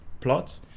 plot